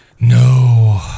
No